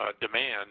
demand